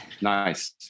nice